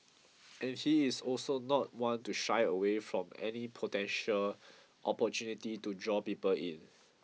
and he is also not one to shy away from any potential opportunity to draw people in